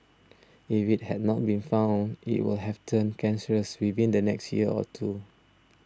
if it had not been found it would have turned cancerous within the next year or two